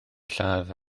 lladd